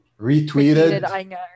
Retweeted